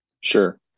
Sure